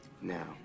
Now